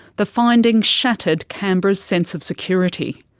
the findings shattered canberra's sense of security.